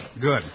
Good